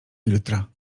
filtra